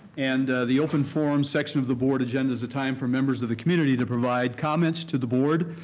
and the open forum section of the board agenda is the time for members of the community to provide comments to the board.